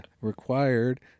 required